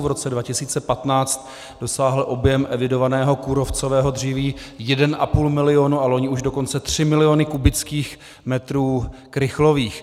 V roce 2015 dosáhl objem evidovaného kůrovcového dříví 1,5 milionu a loni už dokonce 3 miliony kubických metrů krychlových.